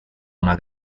una